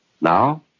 Now